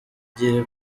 gihe